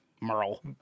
Merle